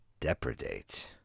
Depredate